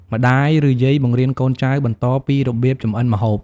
ម្ដាយ ឬ យាយបង្រៀនកូនចៅបន្តពីរបៀបចម្អិនម្ហូប។